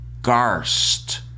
Garst